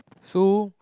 so